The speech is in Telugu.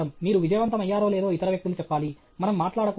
మీరు విజయవంతమయ్యారో లేదో ఇతర వ్యక్తులు చెప్పాలి మనం మాట్లాడటకూడదు